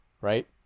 right